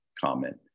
comment